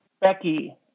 Becky